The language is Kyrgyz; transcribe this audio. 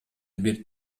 бир